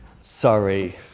sorry